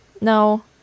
No